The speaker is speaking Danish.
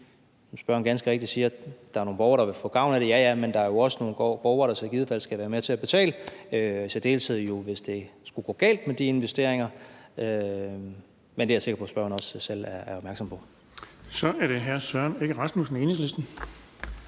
spørgeren ganske rigtigt siger, er der nogle borgere, der vil få gavn af det. Ja, ja, men der er jo også nogle borgere, der i givet fald skal være med til at betale, i særdeleshed hvis det skulle gå galt med de investeringer, men det er jeg sikker på at spørgeren også selv er opmærksom på. Kl. 11:02 Den fg. formand (Erling